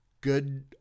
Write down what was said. good